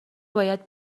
باید